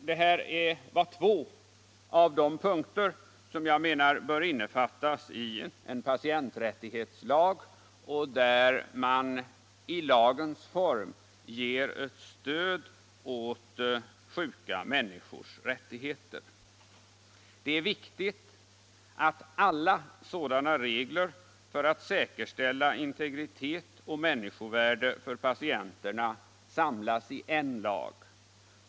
Det här var två av de punkter som jag menar bör innefattas i en patienträttighetslag, där man i lagens form ger ett stöd åt sjuka människors rättigheter. Det är viktigt att alla sådana regler för att säkerställa integritet och människovärde för patienterna samlas i en lag.